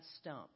stump